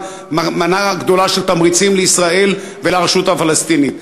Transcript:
מנה גדולה של תמריצים לישראל ולרשות הפלסטינית?